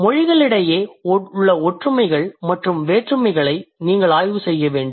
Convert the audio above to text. மொழிகளிடையே உள்ள ஒற்றுமைகள் மற்றும் வேறுபாடுகளை நீங்கள் ஆய்வு செய்ய வேண்டும்